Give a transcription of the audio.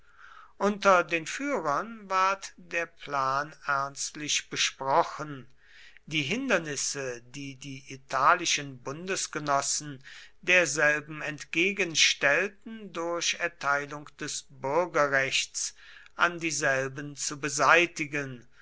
unter den führern ward der plan ernstlich besprochen die hindernisse die die italischen bundesgenossen derselben entgegenstellten durch erteilung des bürgerrechts an dieselben zu beseitigen